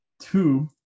Two